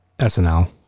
SNL